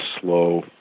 slow